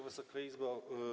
Wysoka Izbo!